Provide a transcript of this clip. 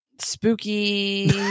spooky